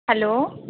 hello